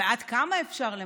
ועד כמה אפשר למגן?